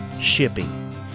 shipping